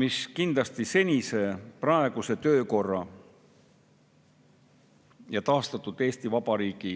võib kindlasti senise, praeguse töökorra ja taastatud Eesti Vabariigi